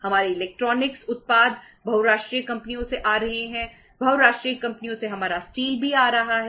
हमारी कारें बहुराष्ट्रीय कंपनियों से आ रही हैं हमारे इलेक्ट्रॉनिक्स भी आ रहा है